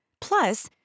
Plus